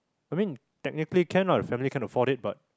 I mean technically can lah the family can afford it but